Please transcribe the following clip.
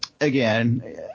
again